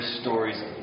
stories